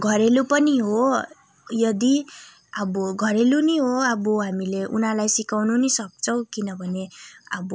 घरेलु पनि हो यदि अब घरेलु नै हो अब हामीले उनीहरूलाई सिकाउनु पनि सक्छौँ किनभने अब